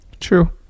True